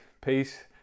peace